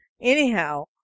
Anyhow